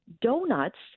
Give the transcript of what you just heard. donuts